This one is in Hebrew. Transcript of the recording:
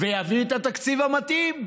ויביאו את התקציב המתאים.